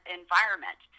environment